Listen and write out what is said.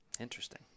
Interesting